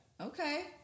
Okay